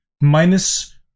minus